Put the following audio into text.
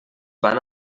van